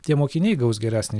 tie mokiniai gaus geresnį